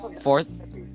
Fourth